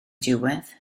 diwedd